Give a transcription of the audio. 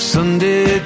Sunday